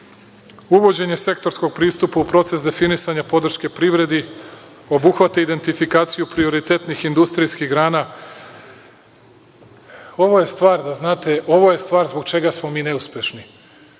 Uvođenje sektorskog pristupa u procesu definisanja podrške privredi obuhvata identifikaciju prioritetnih industrijskih grana… Ovo je stvar, da znate, ovo je stvar zbog čega smo mi neuspešni.